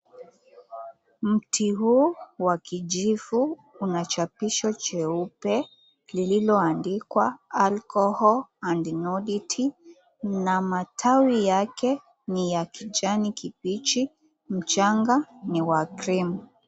Mtii huu wa kijivu unachapisho cheupe lilo andikwa Alcohol and Nudity na matawi yake ni ya kijani kibichi mchanga ni wa cream .